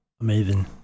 amazing